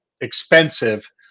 expensive